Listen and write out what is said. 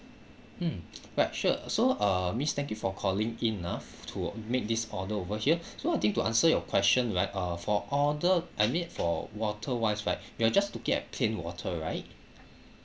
mm right sure so uh miss thank you for calling in ah to make this order over here so I think to answer your question right uh for order I mean for water wise right you are just to get plain water right